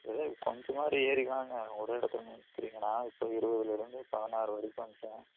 எதாவது கொஞ்சமாவது ஏறி வாங்க ஒரே இடத்துல நிற்கிறிங்க நான் இப்போ இருபதுலருந்து பதினாறு வரைக்கும் வந்துவிட்டேன்